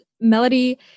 Melody